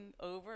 over